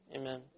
Amen